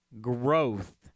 growth